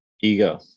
ego